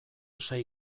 sei